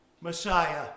Messiah